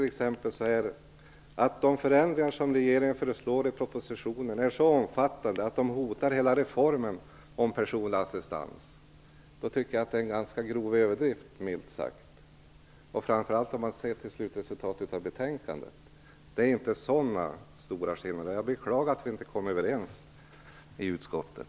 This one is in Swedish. Ni skriver t.ex.: "De förändringar som regeringen föreslår i propositionen är så omfattande att de hotar hela reformen om personlig assistans." Jag tycker att det minst sagt är en ganska grov överdrift, framför allt med tanke på betänkandets slutresultat. Det är inte fråga om så stora skillnader. Jag beklagar att vi inte kom överens i utskottet.